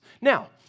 Now